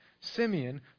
Simeon